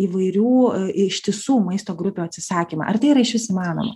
įvairių ištisų maisto grupių atsisakymą ar tai yra išvis įmanoma